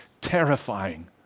terrifying